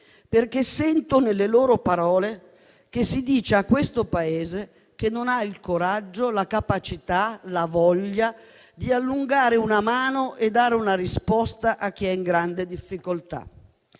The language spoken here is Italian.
perché nelle loro parole sento che si dice a questo Paese che non ha il coraggio, la capacità e la voglia di allungare una mano e dare una risposta a chi è in grande difficoltà.